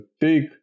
take